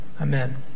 amen